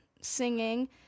singing